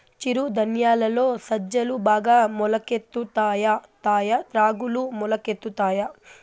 చిరు ధాన్యాలలో సజ్జలు బాగా మొలకెత్తుతాయా తాయా రాగులు మొలకెత్తుతాయా